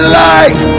life